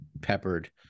peppered